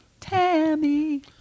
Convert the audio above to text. Tammy